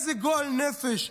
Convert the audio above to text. איזה גועל נפש.